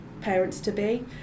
parents-to-be